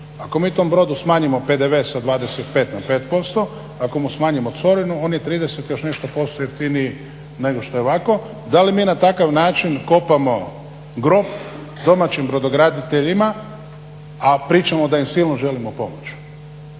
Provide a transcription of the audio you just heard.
Ako mi tom brodu smanjimo PDV sa 25 na 5%, ako mu smanjimo … on je 30 i još nešto posto jeftiniji nego što je ovako. Da li mi na takav način kopamo grob domaćim brodograditeljima, a pričamo da im silno želimo pomoći?